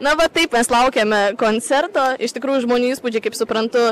na va taip mes laukiame koncerto iš tikrųjų žmonių įspūdžiai kaip suprantu